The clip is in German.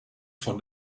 von